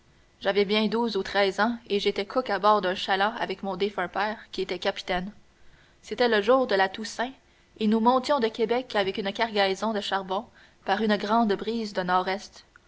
j'avais bien douze ou treize ans et j'étais cook à bord d'un chaland avec mon défunt père qui était capitaine c'était le jour de la toussaint et nous montions de québec avec une cargaison de charbon par une grande brise de nord-est